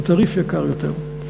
התעריף יקר יותר.